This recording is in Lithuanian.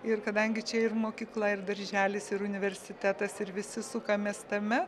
ir kadangi čia ir mokykla ir darželis ir universitetas ir visi sukamės tame